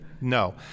No